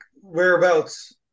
whereabouts